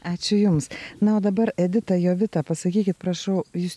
ačiū jums na o dabar edita jovita pasakykit prašau jūs